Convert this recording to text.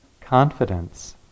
Confidence